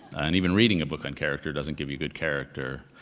and even reading a book on character doesn't give you good character,